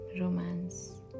romance